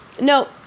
no